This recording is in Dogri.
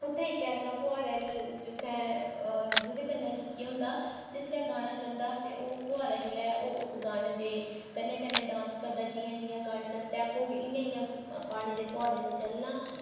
उत्थें इक ऐसा फोहारा ऐ जेह्दे जेह्दे कन्नै कि केह् होंदा जिसलै गाना चलदा ते ओह् फोहारा जेह्ड़ा ऐ ओह् उस गाने दे कन्नै कन्नै डांस करदा जियां जियां गाने दा स्टैप होग इ'यां उस पानी दे फोहारे ने चलना